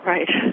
Right